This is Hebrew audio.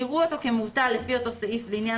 יראו אותו כמובטל לפי אותו סעיף לעניין